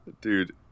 Dude